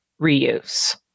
reuse